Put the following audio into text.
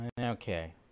okay